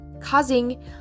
causing